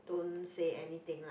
don't say anything lah